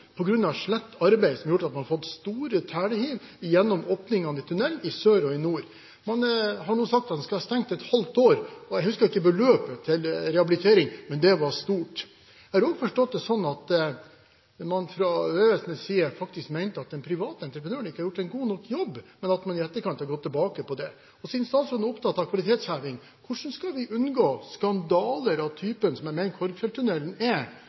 slett arbeid, som har gjort at man har fått store telehiv gjennom åpningene i tunnelen i sør og i nord. Man har nå sagt at den skal være stengt et halvt år. Jeg husker ikke beløpet til rehabilitering, men det var stort. Jeg har også forstått det slik at man faktisk mente at den private entreprenøren ikke har gjort en god nok jobb, men at man i etterkant har gått tilbake på det. Siden statsråden er opptatt av kvalitetsheving, hvordan skal vi unngå skandaler av typen som jeg mener Korgfjelltunnelen er,